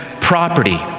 property